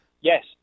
yes